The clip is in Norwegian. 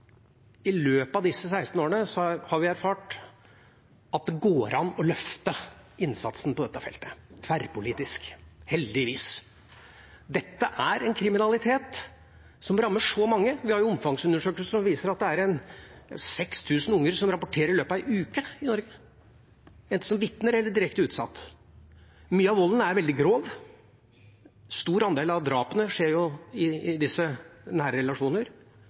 I løpet av disse 16 årene har vi erfart at det går an å løfte innsatsen på dette feltet tverrpolitisk – heldigvis. Dette er en kriminalitet som rammer så mange. Vi har omfangsundersøkelser som viser at det er 6 000 unger som rapporterer i løpet av ei uke i Norge, enten som vitner eller direkte utsatt. Mye av volden er veldig grov. En stor andel av drapene skjer i disse nære